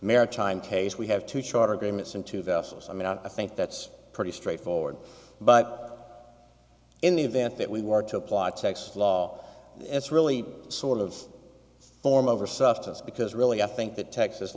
maritime case we have to charter agreements into vessels i mean i think that's pretty straightforward but in the event that we were to apply texas law it's really sort of form over substance because really i think that texas